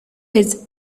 his